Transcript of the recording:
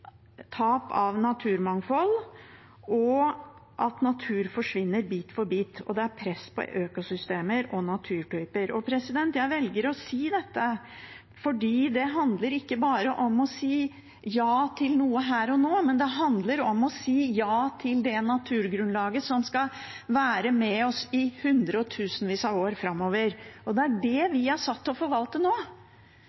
tap av naturmangfold og at natur forsvinner bit for bit, og det er press på økosystemer og naturtyper. Jeg velger å si dette fordi det ikke bare handler om å si ja til noe her og nå, men det handler om å si ja til det naturgrunnlaget som skal være med oss i hundrevis og tusenvis av år framover. Det er det